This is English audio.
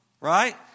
right